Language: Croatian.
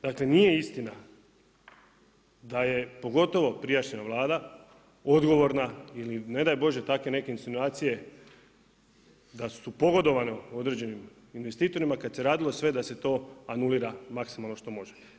Dakle, nije istina da je pogotovo prijašnja Vlada odgovorna ili ne daj Bože, takve neke insinuacije da su pogodovane određenim investitorima kad se radilo sve da se to anulira maksimalno što može.